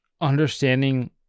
understanding